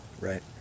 Right